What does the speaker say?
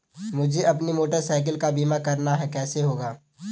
मुझे अपनी motorcycle का बीमा करना है कैसे होगा?